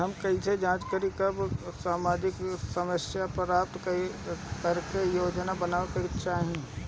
हम कइसे जांच करब कि सामाजिक सहायता प्राप्त करे के योग्य बानी की नाहीं?